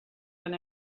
been